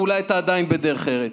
ואולי אתה עדיין בדרך ארץ.